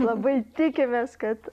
labai tikimės kad